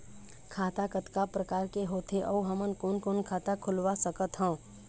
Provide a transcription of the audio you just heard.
खाता कतका प्रकार के होथे अऊ हमन कोन कोन खाता खुलवा सकत हन?